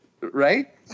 right